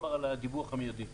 אנחנו